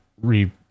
re